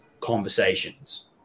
conversations